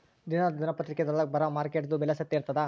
ದಿನಾ ದಿನಪತ್ರಿಕಾದೊಳಾಗ ಬರಾ ಮಾರುಕಟ್ಟೆದು ಬೆಲೆ ಸತ್ಯ ಇರ್ತಾದಾ?